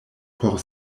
por